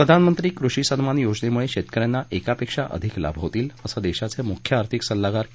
प्रधानमंत्री कृषी सन्मान योजनेमुळे शेतकऱ्यांना एकापेक्षा अधिक लाभ होतील असं देशाचे मुख्य आर्थिक सल्लागार के